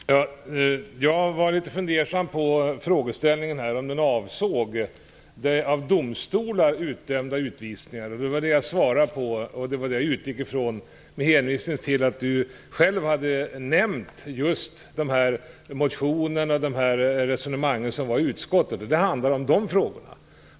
Fru talman! Jag var litet fundersam över om frågan avsåg av domstolar utdömda utvisningar. Det var den fråga jag utgick från och svarade på, med hänvisning till att Sigrid Bolkéus hade nämnt motioner och resonemang som förts i utskottet. De handlar om det jag nämnde.